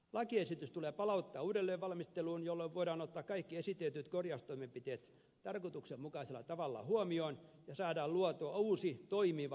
lakiesitys tulee palauttaa uudelleen valmisteluun jolloin voidaan ottaa kaikki esitetyt korjaustoimenpiteet tarkoituksenmukaisella tavalla huomioon ja saada luotua uusi toimiva lakiesitys